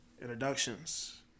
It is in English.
introductions